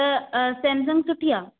त सेमसंग सुठी आहे